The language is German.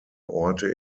orte